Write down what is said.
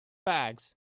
bags